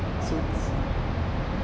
suits